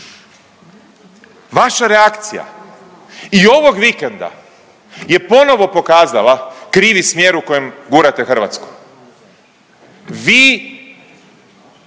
Vaša reakcija i ovog vikenda je ponovo pokazala krivi smjer u kojem gurate Hrvatsku. Vi